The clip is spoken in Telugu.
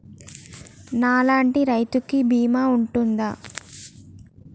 నా లాంటి రైతు కి బీమా ఉంటుందా?